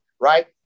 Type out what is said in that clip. right